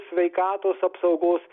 sveikatos apsaugos